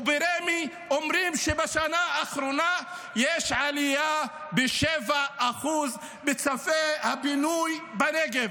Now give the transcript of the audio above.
וברמ"י אומרים שבשנה האחרונה יש עלייה של 7% בצווי הפינוי בנגב.